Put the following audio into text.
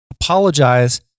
apologize